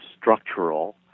structural